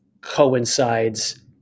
coincides